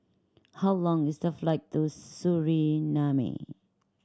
how long is the flight to Suriname